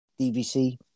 DVC